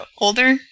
older